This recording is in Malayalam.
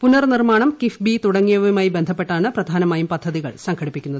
പുനർനിർമ്മാണം കിഫ്ബി തുടങ്ങിയവയുമായി ബന്ധപ്പെട്ടാണ് പ്രധാ നമായും പദ്ധതികൾ സംഘടിപ്പിക്കുന്നത്